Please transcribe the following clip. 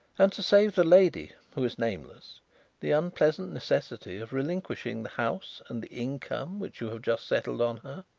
and to save the lady who is nameless the unpleasant necessity of relinquishing the house and the income which you have just settled on her.